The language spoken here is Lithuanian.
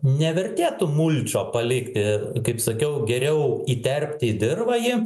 nevertėtų mulčo palikti kaip sakiau geriau įterpti į dirvą jį